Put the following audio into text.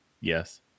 Yes